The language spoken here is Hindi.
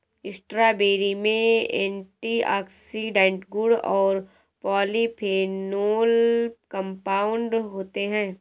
स्ट्रॉबेरी में एंटीऑक्सीडेंट गुण और पॉलीफेनोल कंपाउंड होते हैं